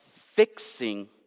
fixing